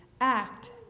act